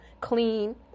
clean